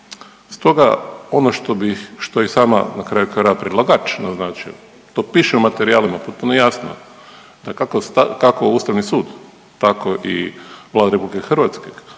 Stoga, ono što bih, što je i sama na kraju krajeva predlagač naznačio to piše u materijalima potpuno jasno, da kako Ustavni sud tako i Vlada RH smatra da treba